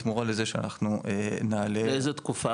בתמורה לזה שאנחנו נעלה --- לאיזה תקופה?